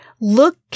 Look